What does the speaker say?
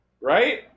Right